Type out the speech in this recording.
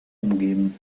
umgeben